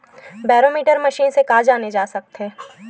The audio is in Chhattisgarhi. बैरोमीटर मशीन से का जाना जा सकत हे?